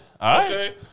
okay